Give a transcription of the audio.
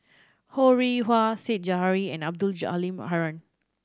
Ho Rih Hwa Said Zahari and Abdul Halim Haron